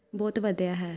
ਬਹੁਤ ਵੱਧਿਆ ਹੈ